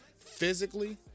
physically